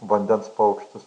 vandens paukštis